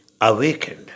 awakened